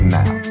now